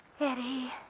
Eddie